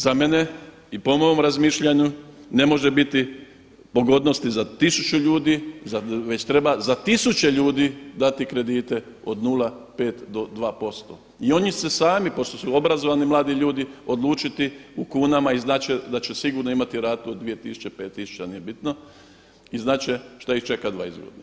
Za mene i po mom razmišljanju ne može biti pogodnosti za 1000 ljudi već treba za tisuće ljudi dati kredite od 0,5 do 2% i oni će se sami, pošto su obrazovani mladi ljudi odlučiti u kunama i znati će da će sigurno imati ratu od 2 tisuće, 5 tisuća, nije bitno i znati će šta ih čeka 20 godina.